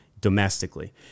domestically